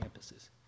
campuses